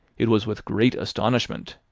it was with great astonishment,